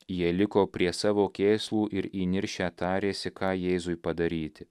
jie liko prie savo kėslų ir įniršę tarėsi ką jėzui padaryti